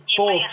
four